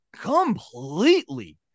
completely